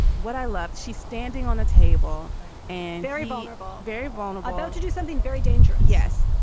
what i left she standing on the table and very vulnerable. very vulnerable to do something. very danger. yes.